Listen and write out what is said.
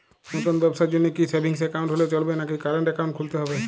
নতুন ব্যবসার জন্যে কি সেভিংস একাউন্ট হলে চলবে নাকি কারেন্ট একাউন্ট খুলতে হবে?